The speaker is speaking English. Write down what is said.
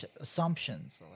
assumptions